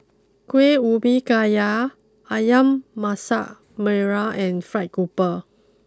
Kuih Ubi Kayu Ayam Masak Merah and Fried grouper